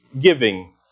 giving